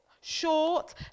short